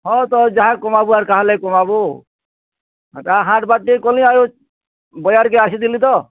ହଁ ତ ଯାହା କାମାବୁ ଆର୍ କାହାର୍ଲାଗି କମାବୁ ଯାହା ହାଟ୍ ବାଟ୍ ଟିକେ କଲି ଆଉ ବଜାର୍କେ ଆସିଥିଲି ତ